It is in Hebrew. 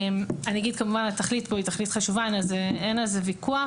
כמובן, התכלית פה חשובה, אין על זה ויכוח.